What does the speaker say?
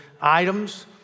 items